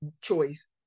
choice